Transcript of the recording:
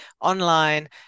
online